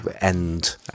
end